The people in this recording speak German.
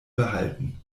behalten